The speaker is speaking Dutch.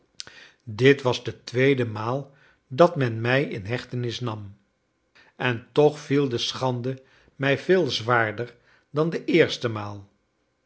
dit was de tweede maal dat men mij in hechtenis nam en toch viel de schande mij veel zwaarder dan de eerste maal